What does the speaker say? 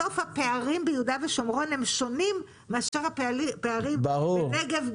בסוף הפערים ביהודה ושומרון הם שונים מאשר הפערים בנגב,